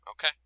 Okay